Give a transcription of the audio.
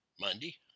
Monday